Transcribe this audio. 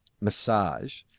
massage